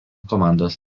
komandos